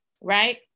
right